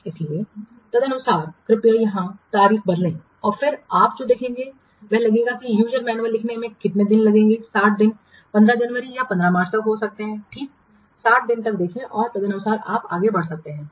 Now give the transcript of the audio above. इसलिए तदनुसार कृपया यहां तारीख बदलें और फिर आप जो देखेंगे वह लगेगा कि यूजर मैन्युअल लिखने में कितने दिन लगेंगे 60 दिन 15 जनवरी या 15 मार्च तक हो सकते हैं ठीक 60 दिन क्या देखें और तदनुसार आप आगे बढ़ सकते हैं